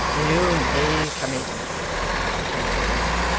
you may come in returned her brother.